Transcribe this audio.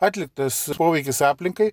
atliktas poveikis aplinkai